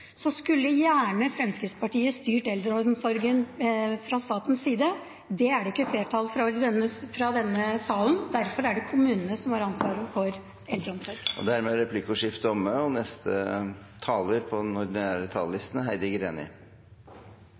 Så skulle gjerne Fremskrittspartiet sett at eldreomsorgen ble styrt fra statens side. Det er det ikke flertall for i denne salen, derfor er det kommunene som har ansvaret for eldreomsorgen. Replikkordskiftet er dermed omme. Senterpartiet legger fram et forslag til budsjett som gir kommunesektoren rom for å opprettholde og utvikle tjenestetilbudet til innbyggerne sine og